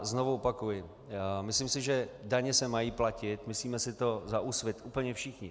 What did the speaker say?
Znovu opakuji myslím si, že daně se mají platit, myslíme si to za Úsvit úplně všichni.